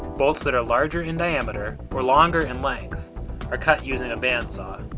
bolts that are larger in diameter or longer in length are cut using a band saw.